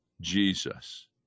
Jesus